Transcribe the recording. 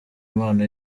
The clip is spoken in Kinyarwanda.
impano